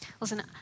Listen